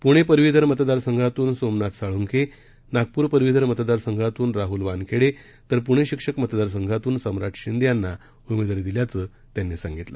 पुणे पदवीधर मतदारसंघातून सोमनाथ साळुंखे नागपूर पदवीधर मतदारसंघातून राहुल वानखेडे तर पुणे शिक्षक मतदारसंघातून सम्राट शिंदे यांना उमेदवारी देण्यात आल्याचं आंबेडकर यांनी सांगितलं